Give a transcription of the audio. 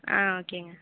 ஆ ஓகேங்க